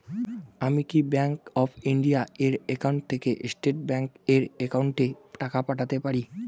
আমি কি bank of India এর একাউন্ট থেকে স্টেট ব্যাংক এর একাউন্টে টাকা পাঠাতে পারি?